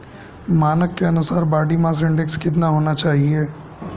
मानक के अनुसार बॉडी मास इंडेक्स कितना होना चाहिए?